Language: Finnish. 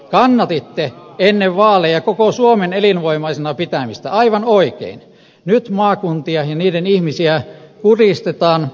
kannatitte ennen vaaleja koko suomen elinvoimaisena pitämistä aivan oikein nyt maakuntia ja niiden ihmisiä kuritetaan raskaalla kädellä